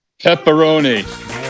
Pepperoni